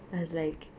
I was like